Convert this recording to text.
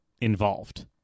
involved